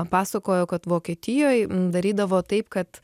pasakojo kad vokietijoj darydavo taip kad